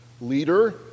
leader